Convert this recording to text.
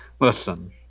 Listen